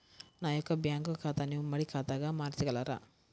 నా యొక్క బ్యాంకు ఖాతాని ఉమ్మడి ఖాతాగా మార్చగలరా?